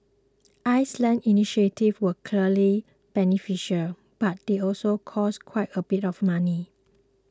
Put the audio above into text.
Iceland's initiatives were clearly beneficial but they also cost quite a bit of money